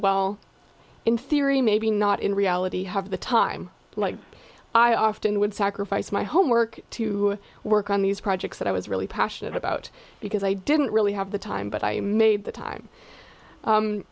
well in theory maybe not in reality have the time like i often would sacrifice my homework to work on these projects that i was really passionate about because i didn't really have the time but i made the time